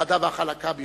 החדה והחלקה ביותר.